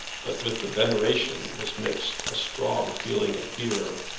but with the veneration was mixed a strong feeling of fear.